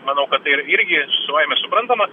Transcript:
manau kad tai ir irgi savaime suprantama